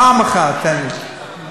פעם אחת תן לי.